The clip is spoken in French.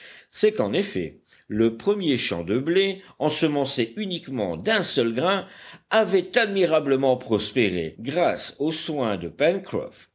c'est qu'en effet le premier champ de blé ensemencé uniquement d'un seul grain avait admirablement prospéré grâce aux soins de